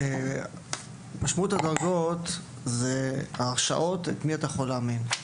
משמעות הדרגות היא בהרשאות של מי שאתה יכול לאמן.